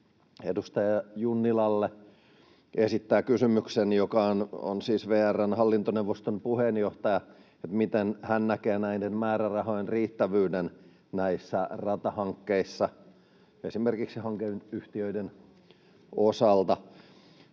edustaja Junnilalle, joka on siis VR:n hallintoneuvoston puheenjohtaja, että miten hän näkee näiden määrärahojen riittävyyden näissä ratahankkeissa esimerkiksi hankeyhtiöiden osalta.